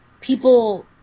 people